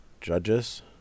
Judges